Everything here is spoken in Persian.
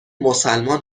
مسلمان